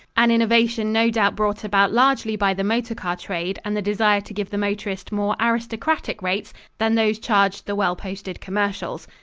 an innovation no doubt brought about largely by the motor car trade and the desire to give the motorist more aristocratic rates than those charged the well-posted commercials.